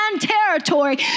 territory